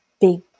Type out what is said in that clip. big